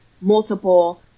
multiple